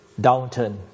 downturn